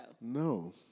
No